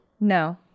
no